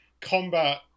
combat